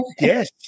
Yes